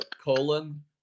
colon